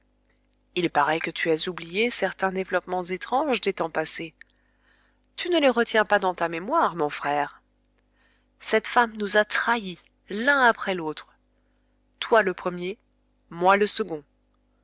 il paraît que tu as oublié certains développements étranges des temps passés tu ne les retiens pas dans ta mémoire mon frère cette femme nous a trahis l'un après l'autre toi le premier moi le second